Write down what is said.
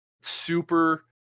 super